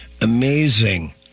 amazing